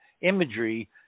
imagery